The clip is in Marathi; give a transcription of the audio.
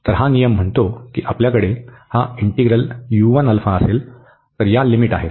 तर हा नियम म्हणतो की आपल्याकडे हा इंटीग्रल असेल तर या लिमिट आहेत